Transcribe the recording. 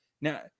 now